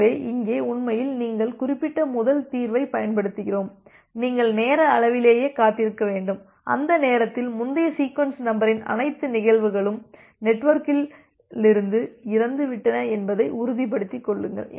எனவே இங்கே உண்மையில் நாங்கள் குறிப்பிட்ட முதல் தீர்வைப் பயன்படுத்துகிறோம் நீங்கள் நேர அளவிலேயே காத்திருக்க வேண்டும் அந்த நேரத்தில் முந்தைய சீக்வென்ஸ் நம்பரின் அனைத்து நிகழ்வுகளும் நெட்வொர்க்கிலிருந்து இறந்துவிட்டன என்பதை உறுதிப்படுத்திக் கொள்ளுங்கள்